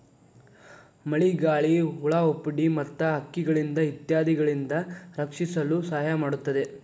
ಮಳಿಗಾಳಿ, ಹುಳಾಹುಪ್ಡಿ ಮತ್ತ ಹಕ್ಕಿಗಳಿಂದ ಇತ್ಯಾದಿಗಳಿಂದ ರಕ್ಷಿಸಲು ಸಹಾಯ ಮಾಡುತ್ತದೆ